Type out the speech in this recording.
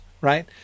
right